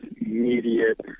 immediate